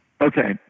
Okay